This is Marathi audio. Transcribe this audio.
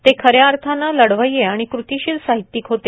ते खऱ्या अर्थाने लढवय्ये व कृतीशील साहित्यिक होते